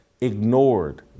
ignored